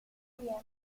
oriente